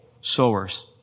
sowers